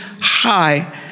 high